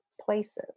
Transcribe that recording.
places